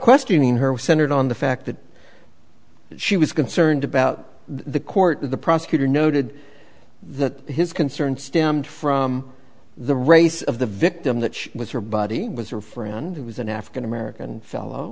questioning her was centered on the fact that she was concerned about the court the prosecutor noted that his concern stemmed from the race of the victim that she was her body was her friend it was an african american fellow